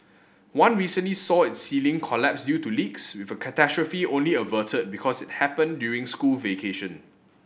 one recently saw its ceiling collapse due to leaks with a catastrophe only averted because it happened during school vacation